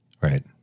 right